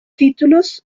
títulos